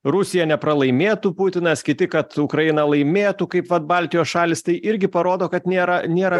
rusija nepralaimėtų putinas kiti kad ukraina laimėtų kaip vat baltijos šalys tai irgi parodo kad nėra nėra